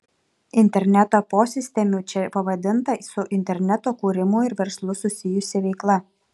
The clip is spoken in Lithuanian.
interneto posistemiu čia pavadinta su interneto kūrimu ir verslu susijusi veikla